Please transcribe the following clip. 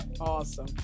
awesome